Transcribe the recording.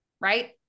right